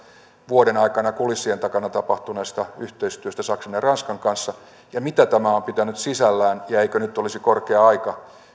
vuoden aikana kulissien takana tapahtuneesta yhteistyöstä saksan ja ranskan kanssa ja mitä tämä on pitänyt sisällään ja eikö nyt olisi korkea aika